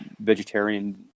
vegetarian